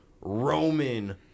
roman